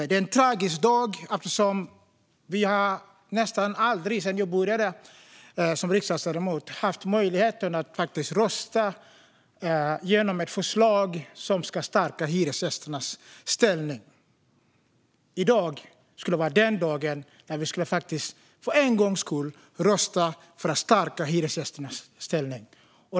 Det är en tragisk dag eftersom vi nästan aldrig sedan jag började som riksdagsledamot haft möjlighet att rösta igenom ett förslag som skulle stärka hyresgästernas ställning. I dag skulle vara den dag då vi faktiskt för en gångs skull skulle rösta för att stärka hyresgästernas ställning.